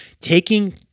taking